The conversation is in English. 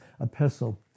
epistle